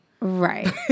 Right